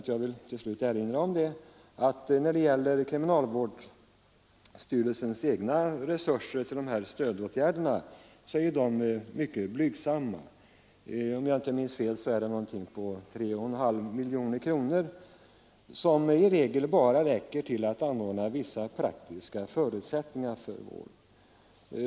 Jag vill till slut erinra om att kriminalvårdsstyrelsens egna resurser för dessa stödåtgärder är mycket blygsamma. Om jag inte minns fel, uppgår dessa medel till 3,5 miljoner kronor, som i regel bara räcker till att ordna vissa praktiska förutsättningar för vård.